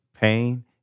pain